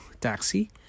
taxi